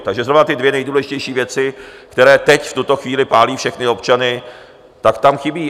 Takže znovu ty dvě nejdůležitější věci, které teď v tuto chvíli pálí všechny občany, tak tam chybí.